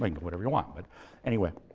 like but whatever you want, but anyway.